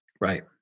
Right